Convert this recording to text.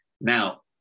Now